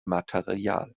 material